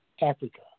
Africa